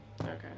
Okay